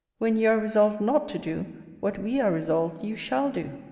when you are resolved not to do what we are resolved you shall do?